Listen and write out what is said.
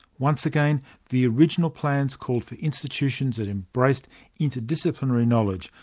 once again the original plans called for institutions that embraced interdisciplinary knowledge,